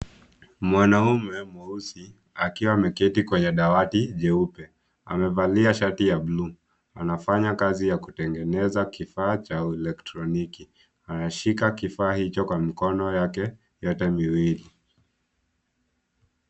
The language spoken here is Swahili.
Mwanume mweusi akiwa ameketi kwenye dawati jeupe. Amevalia shati ya blue .Anafanya kazi ya kutengeneza kifaa cha elektroniki. Anashika kifaa chake kwa yote miwili.